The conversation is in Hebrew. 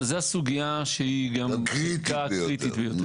אבל זו הסוגייה שהיא גם הקריטית ביותר.